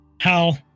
Hal